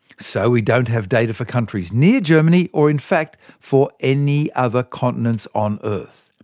so we don't have data for countries near germany, or in fact, for any other continents on earth.